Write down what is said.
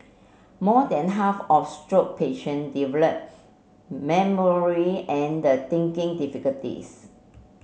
more than half of stroke patient develop memory and the thinking difficulties